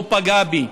לא נגעה בי.